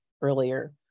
earlier